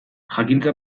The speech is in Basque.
jakintza